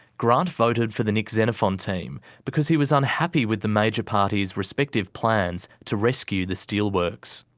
grant voted for the nick xenophon team because he was unhappy with the major parties' respective plans to rescue the steelworks.